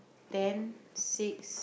ten six